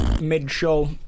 mid-show